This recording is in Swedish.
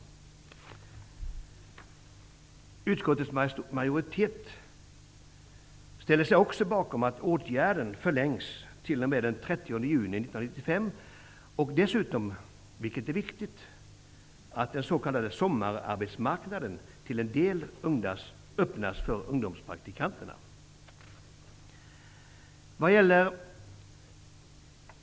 Utskottets majoritet ställer sig också bakom att åtgärden förlängs t.o.m. den 30 juni 1995 och dessutom, vilket är viktigt, att den s.k. sommararbetsmarknaden till en del öppnas för ungdomspraktikanter.